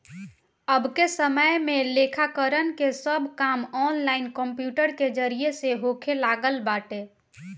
अबके समय में लेखाकरण के सब काम ऑनलाइन कंप्यूटर के जरिया से होखे लागल बाटे